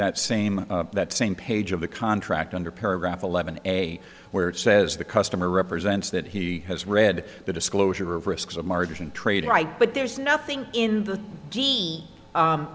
that same that same page of the contract under paragraph eleven a where it says the customer represents that he has read the disclosure of risks of margin trading right but there's nothing in the